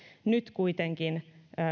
nyt kuitenkin